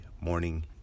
morning